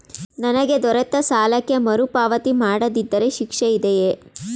ನನಗೆ ದೊರೆತ ಸಾಲಕ್ಕೆ ಮರುಪಾವತಿ ಮಾಡದಿದ್ದರೆ ಶಿಕ್ಷೆ ಇದೆಯೇ?